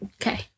okay